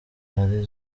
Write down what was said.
ari